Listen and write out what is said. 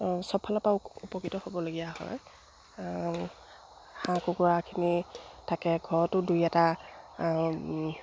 চবফালৰ পৰা উপকৃত হ'বলগীয়া হয় হাঁহ কুকুৰাখিনি থাকে ঘৰতো দুই এটা